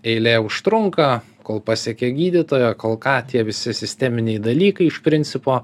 eilė užtrunka kol pasiekia gydytoją kol ką tie visi sisteminiai dalykai iš principo